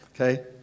Okay